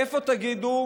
איפה תגידו?